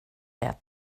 det